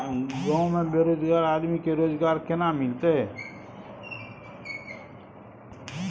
गांव में बेरोजगार आदमी के रोजगार केना मिलते?